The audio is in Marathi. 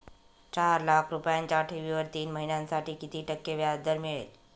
चार लाख रुपयांच्या ठेवीवर तीन महिन्यांसाठी किती टक्के व्याजदर मिळेल?